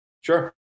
Sure